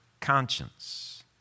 conscience